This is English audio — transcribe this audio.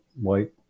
white